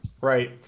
Right